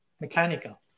mechanical